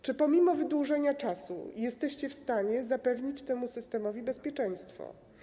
Czy pomimo wydłużenia czasu jesteście w stanie zapewnić temu systemowi bezpieczeństwo?